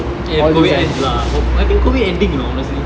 when COVID ends lah I think COVID ending you know honestly